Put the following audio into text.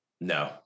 No